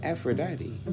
Aphrodite